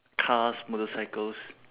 cars motorcycles